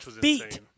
beat